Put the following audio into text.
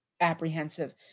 apprehensive